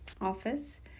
office